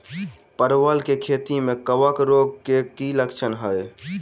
परवल केँ खेती मे कवक रोग केँ की लक्षण हाय?